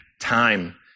time